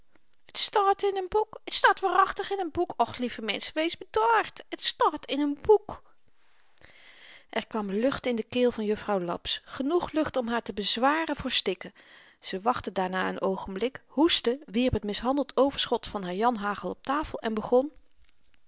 staat in n boek t staat waarachtig in n boek och lieve menschen wees bedaard t staat in n boek er kwam lucht in de keel van juffrouw laps genoeg lucht om haar te bewaren voor stikken ze wachtte daarna n oogenblik hoestte wierp t mishandeld overschot van haar janhagel op tafel en begon